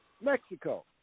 Mexico